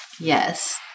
Yes